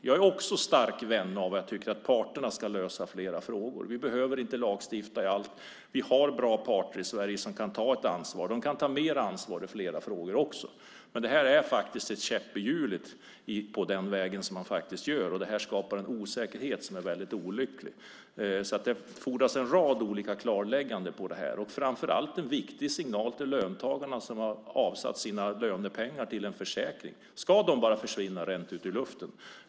Jag är också en stark vän av att parterna ska lösa flera frågor. Vi behöver inte lagstifta i allt. Vi har bra parter i Sverige som kan ta ansvar. De kan ta mera ansvar i flera frågor också. Men det här är faktiskt en käpp i hjulet, och det skapar en osäkerhet som är väldigt olycklig. Det fordras en rad olika klarlägganden om det här, och framför allt en viktig signal till löntagarna som har avsatt sina lönepengar till en försäkring. Ska de bara försvinna rätt ut i luften?